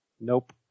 Nope